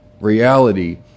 reality